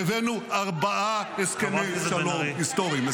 --- והבאנו ארבעה הסכמי שלום היסטוריים -- חברת הכנסת מירב בן ארי.